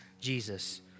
Jesus